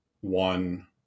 one